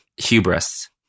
Hubris